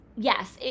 Yes